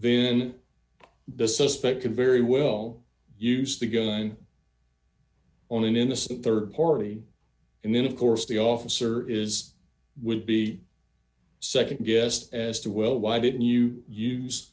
then the suspect could very well use the gun on an innocent rd party and then of course the officer is would be nd guessed as to well why didn't you use